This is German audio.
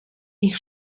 ich